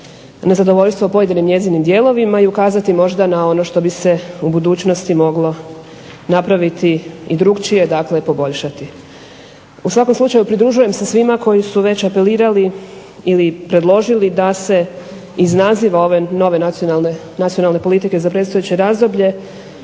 nezadovoljstvo pojedinim njezinim dijelovima i ukazati možda na ono što bi se u budućnosti moglo napraviti i drukčije, dakle poboljšati. U svakom slučaju, pridružujem se svima koji su već apelirali ili predložili da se iz naziva ove nove nacionalne politike za predstojeće razdoblje